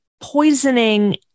poisoning